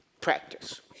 Practice